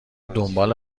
دنبال